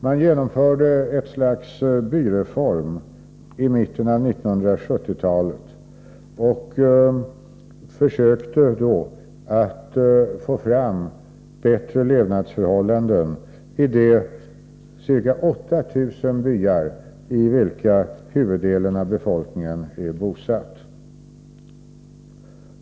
Man genomförde i mitten av 1970-talet ett slags byreform och försökte då få till stånd bättre levnadsförhållanden i de ca 8 000 byar i vilka huvuddelen av befolkningen är bosatt.